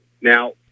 Now